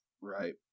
Right